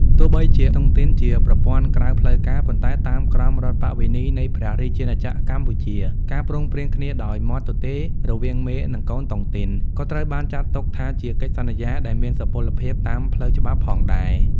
ទោះបីជាតុងទីនជាប្រព័ន្ធក្រៅផ្លូវការ ប៉ុន្តែតាមក្រមរដ្ឋប្បវេណីនៃព្រះរាជាណាចក្រកម្ពុជា ការព្រមព្រៀងគ្នាដោយមាត់ទទេរវាងមេ និងកូនតុងទីន ក៏ត្រូវបានចាត់ទុកថាជា "កិច្ចសន្យា" ដែលមានសុពលភាពតាមផ្លូវច្បាប់ផងដែរ។